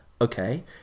okay